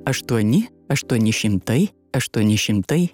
aštuoni aštuoni šimtai aštuoni šimtai